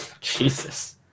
Jesus